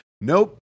Nope